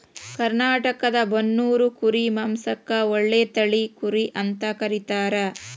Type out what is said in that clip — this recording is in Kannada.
ಕರ್ನಾಟಕದ ಬನ್ನೂರು ಕುರಿ ಮಾಂಸಕ್ಕ ಒಳ್ಳೆ ತಳಿ ಕುರಿ ಅಂತ ಕರೇತಾರ